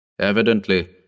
Evidently